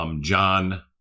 John